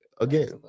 again